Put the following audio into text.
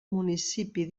municipi